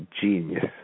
genius